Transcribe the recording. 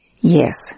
Yes